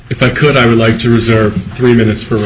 if i could i would like to reserve three minutes for